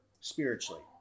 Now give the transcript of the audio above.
spiritually